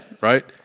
Right